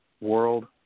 world